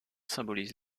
symbolise